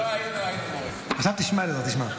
לא היינו, היינו --- עכשיו תשמע, אלעזר, תשמע.